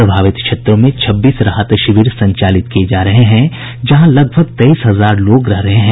प्रभावित क्षेत्रों में छब्बीस राहत शिविर संचालित किये जा रहे हैं जहां लगभग तेईस हजार लोग रह रहे हैं